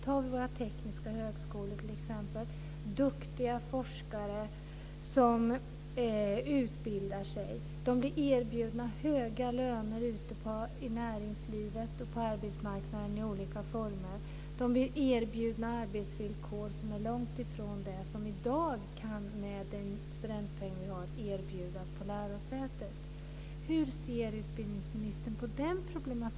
Titta t.ex. på våra tekniska högskolor. Duktiga forskare blir erbjudna höga löner ute i näringslivet, på arbetsmarknaden, i olika former. De blir erbjudna arbetsvillkor som är långtifrån de som vi i dag med dagens studentpeng kan erbjuda på lärosätena. Hur ser utbildningsministern på det problemet?